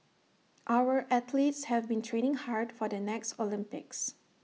our athletes have been training hard for the next Olympics